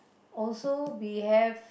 also we have